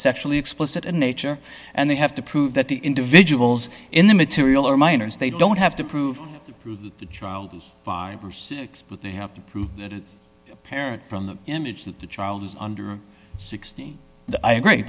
sexually explicit in nature and they have to prove that the individuals in the material are minors they don't have to prove to prove that the child is five or six but they have to prove that it's apparent from the image that the child is under sixteen i agree